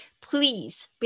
please